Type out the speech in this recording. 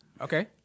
Okay